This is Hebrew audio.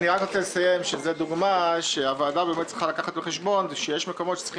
לסיים שזאת דוגמה שהוועדה צריכה לקחת בחשבון שיש מקומות שצריכים